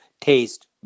taste